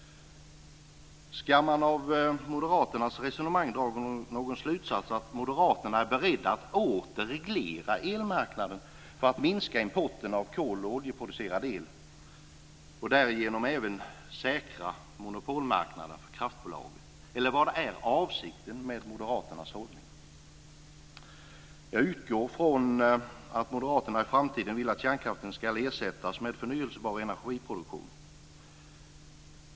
Ska man dra slutsatsen av moderaternas resonemang att moderaterna är beredda att åter reglera elmarknaden för att minska importen av kol och oljeproducerad el och därigenom även säkra monopolmarknaden för kraftbolagen, eller vad är avsikten med moderaternas hållning? Jag utgår från att moderaterna i framtiden vill att kärnkraften ska ersättas med förnyelsebar energiproduktion.